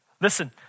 Listen